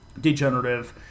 degenerative